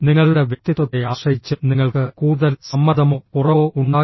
നിങ്ങളുടെ വ്യക്തിത്വത്തെ ആശ്രയിച്ച് നിങ്ങൾക്ക് കൂടുതൽ സമ്മർദ്ദമോ കുറവോ ഉണ്ടാകില്ല